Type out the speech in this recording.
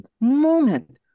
moment